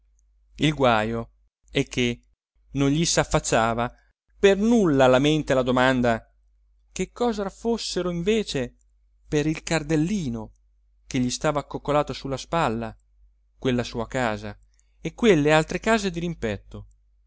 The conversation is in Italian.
il guajo è che non gli s'affacciava per nulla alla mente la domanda che cosa fossero invece per il cardellino che gli stava accoccolato su la spalla quella sua casa e quelle altre case dirimpetto